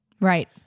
Right